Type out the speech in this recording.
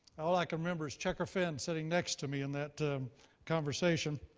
all i can remember is checker finn sitting next to me in that conversation.